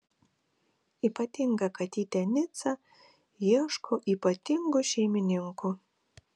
ypatinga katytė nica ieško ypatingų šeimininkų